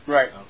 Right